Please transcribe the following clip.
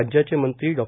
राज्याचे मंत्री डॉ